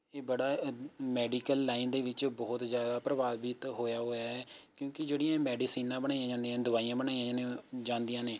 ਇਹ ਬੜਾ medical line ਦੇ ਵਿੱਚ ਬਹੁਤ ਜ਼ਿਆਦਾ ਪ੍ਰਭਾਵਿਤ ਹੋਇਆ ਹੋਇਆ ਏ ਕਿਉਂਕਿ ਜਿਹੜੀਆਂ ਇਹ ਮੈਡੀਸਨਾਂ ਬਣਾਈਆਂ ਜਾਂਦੀਆਂ ਨੇ ਦਵਾਈਆਂ ਬਣਾਈਆਂ ਜਾਂਦੀਆਂ ਜਾਂਦੀਆਂ ਨੇ